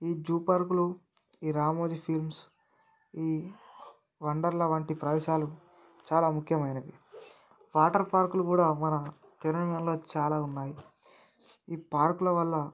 ఈ జూపార్క్లు ఈ రామోజీ ఫిలిమ్స్ ఈ వండర్లా వంటి ప్రదేశాలు చాలా ముఖ్యమైనవి వాటర్ పార్క్లు కూడా మన తెలంగాణలో చాలా ఉన్నాయి ఈ పార్క్ల వల్ల